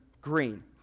green